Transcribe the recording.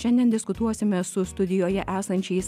šiandien diskutuosime su studijoje esančiais